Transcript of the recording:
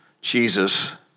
Jesus